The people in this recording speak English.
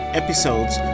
episodes